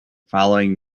following